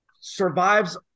survives